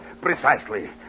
Precisely